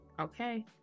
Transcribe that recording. Okay